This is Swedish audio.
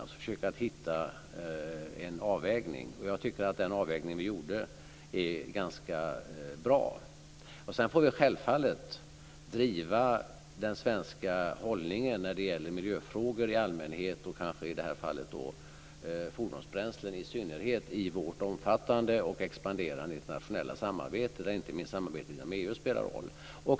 Vi får försöka att hitta en avvägning. Jag tycker att den avvägning vi gjorde är ganska bra. Sedan får vi självfallet driva den svenska hållningen när det gäller miljöfrågor i allmänhet och kanske i detta fall fordonsbränslen i synnerhet i vårt omfattande och expanderande internationella samarbete, där inte minst samarbetet inom EU spelar roll.